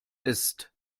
ist